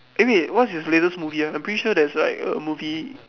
eh wait what's his latest movie ah I'm pretty sure there's like a movie